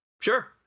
sure